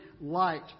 light